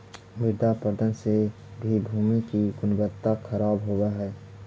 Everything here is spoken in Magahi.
मृदा अपरदन से भी भूमि की गुणवत्ता खराब होव हई